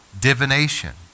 divination